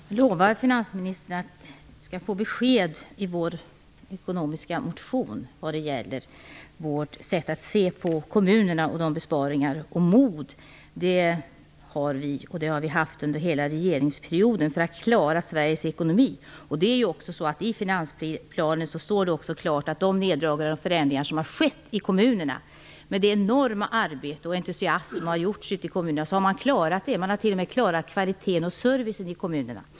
Herr talman! Jag lovar att finansministern skall få besked i vår ekonomiska motion när det gäller vårt sätt att se på kommunerna och besparingar. Mod för att klara Sveriges ekonomi, det har vi och det har vi haft under hela vår regeringsperiod. De neddragningar och förändringar som har skett i kommunerna har man klarat genom ett enormt arbete och en enorm entusiasm. Man har t.o.m. klarat kvaliteten och servicen.